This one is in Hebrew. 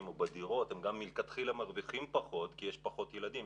מרווחים מלכתחילה פחות כי יש פחות ילדים.